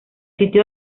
sitio